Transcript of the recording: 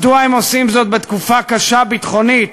מדוע הם עושים זאת בתקופה קשה ביטחונית?